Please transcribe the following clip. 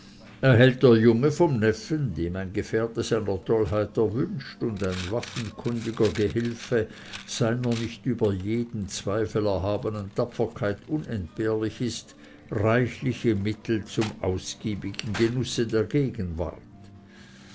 erhält der junge vom neffen dem ein gefährte seiner tollheit erwünscht und ein waffenkundiger gehilfe seiner nicht über jeden zweifel erhabenen tapferkeit unentbehrlich ist reichliche mittel zum ausgiebigen genusse der gegenwart